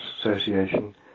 Association